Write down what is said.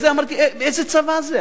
אמרתי: איזה צבא זה,